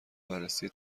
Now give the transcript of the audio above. بررسی